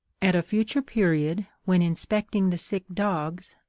at a future period, when inspecting the sick dogs,